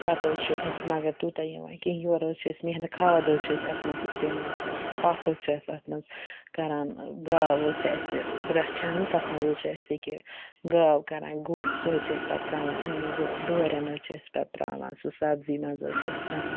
پتہٕ حٕظ چھُ اسہِ مگر تِیوٗتاہ یِوان کِہیٖنۍ یورٕ حٕظ چھِ اسہِ مٮ۪حنَت کھاد حٕظ چھِ أسۍ اَتھ منٛز اِستِعمال کَران پَہہ حٕظ چھِ اَتھ منٛز کَران گاو حٕظ چھِ اسہِ رَچھان تَتھ منٛز حٕظ چھِ اسہِ أکیا گاو کَران گُہہ سُہ حٕظ چھِ پتہٕ أسۍ ترٛاوان یِمنٕے ڈورٮ۪ن چھِ أسۍ پَتہٕ ترٛاوان سُہ سَبزی منٛز حٕظ چھِ أسۍ ترٛاوان